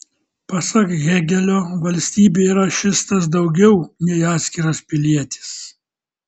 pasak hėgelio valstybė yra šis tas daugiau nei atskiras pilietis